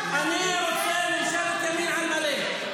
אני רוצה ממשלת ימין על מלא.